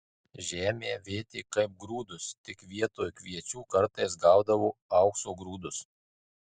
žemę vėtė kaip grūdus tik vietoj kviečių kartais gaudavo aukso grūdus